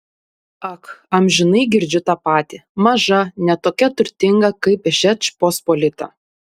ak amžinai girdžiu tą patį maža ne tokia turtinga kaip žečpospolita